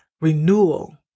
renewal